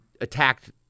attacked